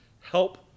Help